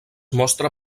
mostra